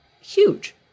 huge